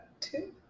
two